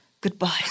Goodbye